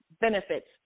benefits